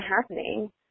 happening